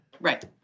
Right